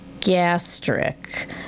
gastric